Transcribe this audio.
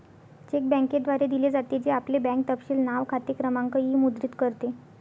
check बँकेद्वारे दिले जाते, जे आपले बँक तपशील नाव, खाते क्रमांक इ मुद्रित करते